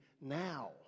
now